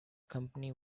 company